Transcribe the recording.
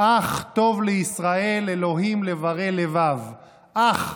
"אך טוב לישראל אלהים לברי לבב"; אך,